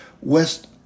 west